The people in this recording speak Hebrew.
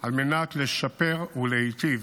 על מנת לשפר ולהיטיב